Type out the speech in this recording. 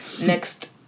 Next